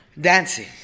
Dancing